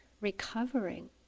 recovering